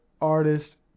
artist